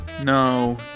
No